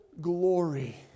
glory